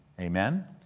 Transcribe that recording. amen